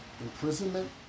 imprisonment